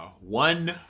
One